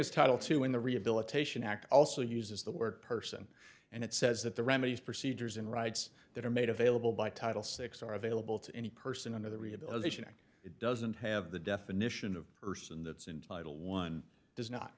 as title two in the rehabilitation act also uses the word person and it says that the remedies procedures and rights that are made available by title six are available to any person under the rehabilitation act it doesn't have the definition of person that is entitle one does not